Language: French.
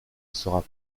sera